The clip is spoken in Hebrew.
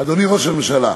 אדוני ראש הממשלה,